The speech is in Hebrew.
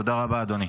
תודה רבה, אדוני.